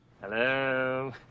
Hello